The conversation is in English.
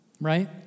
right